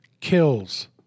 kills